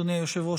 אדוני היושב-ראש,